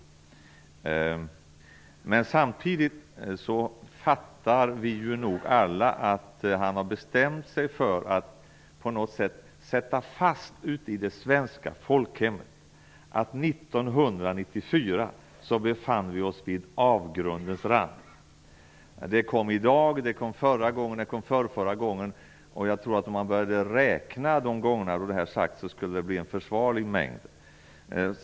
Samtidigt fattar vi nog alla att han har bestämt sig för att på något sätt slå fast ute i det svenska folkhemmet att vi 1994 befann oss vid avgrundens rand. Det kom i dag, det kom förra gången, det kom förrförra gången. Om man började räkna de gånger detta sagts skulle det bli en försvarlig mängd.